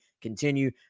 continue